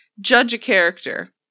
judge-a-character